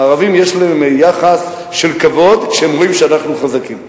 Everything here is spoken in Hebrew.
הערבים יש להם יחס של כבוד כשהם רואים שאנחנו חזקים.